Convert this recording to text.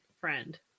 friend